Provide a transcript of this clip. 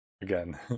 again